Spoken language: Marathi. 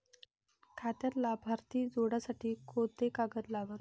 खात्यात लाभार्थी जोडासाठी कोंते कागद लागन?